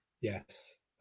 Yes